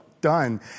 Done